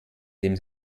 dem